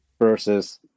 versus